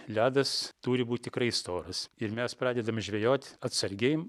ledas turi būt tikrai storas ir mes pradedam žvejot atsargiai